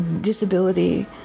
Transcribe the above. disability